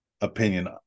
opinion